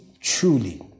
truly